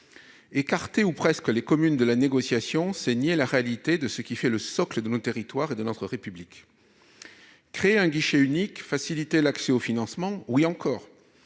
Écarter ou presque les communes de la négociation, c'est nier qu'elles constituent le socle de nos territoires et de notre République. Créer un guichet unique, faciliter l'accès aux financements ? Oui, encore